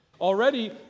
Already